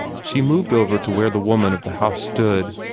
she moved over to where the woman of the house stood,